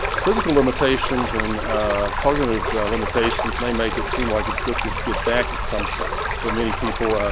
physical limitations and cognitive limitations may make it seem like it's difficult to get back at some point for many people,